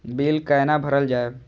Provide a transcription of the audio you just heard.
Bill कैना भरल जाय?